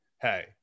hey